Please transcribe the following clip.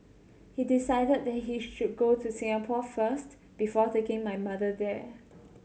he decided that he should go to Singapore first before taking my mother there